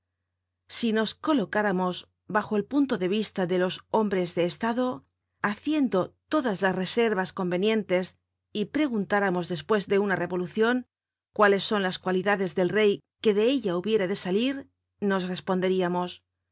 si nos colocáramos bajo el punto de vista de los hombres de estado haciendo todas las reservas convenientes y preguntáramos despues de una revolucion cuáles son las cualidades del rey que de ella hubiera de salir nos responderiamos